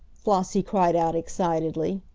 flossie cried out excitedly.